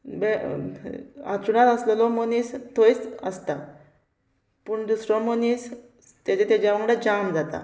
हांतुरुणार आसलेलो मनीस थंयच आसता पूण दुसरो मनीस तेजे तेज्या वांगडा जाम जाता